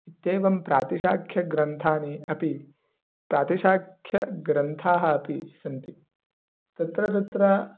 इत्येवं प्रातिशाख्यग्रन्थानि अपि प्रातिशाख्यग्रन्थाः अपि सन्ति तत्र तत्र